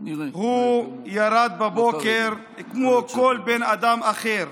הוא ירד בבוקר כמו כל בן אדם אחר,